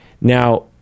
Now